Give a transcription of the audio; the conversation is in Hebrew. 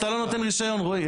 אתה לא נותן רישיון, רועי.